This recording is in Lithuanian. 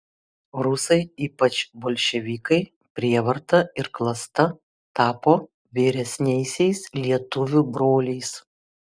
rusai ypač bolševikai prievarta ir klasta tapo vyresniaisiais lietuvių broliais